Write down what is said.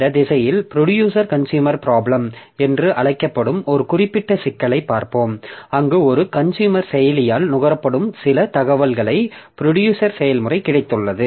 இந்த திசையில் producer consumer problem என்று அழைக்கப்படும் ஒரு குறிப்பிட்ட சிக்கலைப் பார்ப்போம் அங்கு ஒரு கன்சுயூமர் செயலியால் நுகரப்படும் சில தகவல்களைத் ப்ரொடியூசர் செயல்முறை கிடைத்துள்ளது